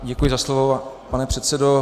Děkuji za slovo, pane předsedo.